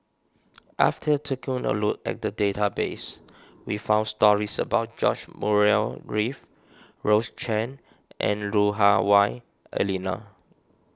after taking a look at the database we found stories about George Murray Reith Rose Chan and Lu Hah Wah Elena